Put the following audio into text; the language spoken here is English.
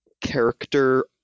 character